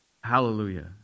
Hallelujah